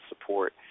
support